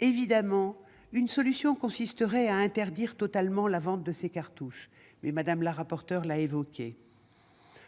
Évidemment, une solution consisterait à interdire totalement la vente de ces cartouches. Cependant, Mme la rapporteure l'a évoqué,